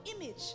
image